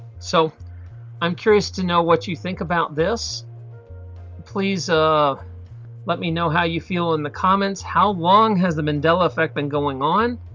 so i'm curious to know what you think about this please um let me know how you feel in the comments how long has a mandela fact been going on?